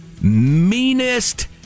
meanest